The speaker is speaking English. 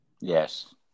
Yes